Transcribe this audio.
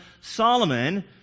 Solomon